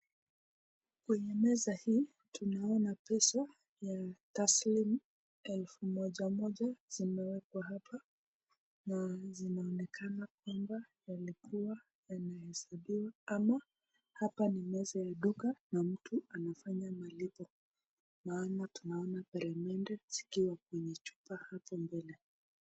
Kwenye meza hii tunaona pesa ya taslimu elfu moja moja zimewekwa hapa na zinaonekana kwamba yalikuwa yanahesabiwa ama, hapa ni meza ya duka na mtu anafanya malipo. Tunaona peremende zikiwa kwenye chupa hapo mbele.